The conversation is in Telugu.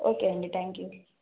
ఓకే అండి థ్యాంక్ యూ